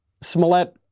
Smollett